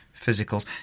physicals